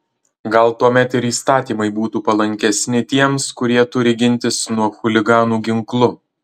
gal tuomet ir įstatymai būtų palankesni tiems kurie turi gintis nuo chuliganų ginklu